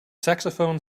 saxophone